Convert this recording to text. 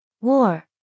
War